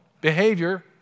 behavior